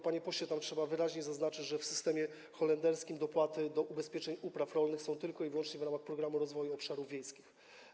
Panie pośle, tylko trzeba wyraźnie zaznaczyć, że w systemie holenderskim dopłaty do ubezpieczeń upraw rolnych są tylko i wyłącznie w ramach programu rozwoju obszarów wiejskich.